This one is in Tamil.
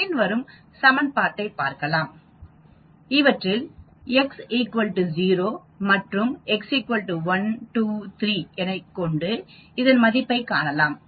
பின்வரும் சமன்பாட்டை பார்க்கலாம் இவற்றில் x 0 மற்றும் x 1 x 2 x 3 என கொண்டு இதன் மதிப்பை காணலாம்